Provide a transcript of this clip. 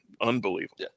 Unbelievable